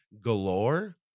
galore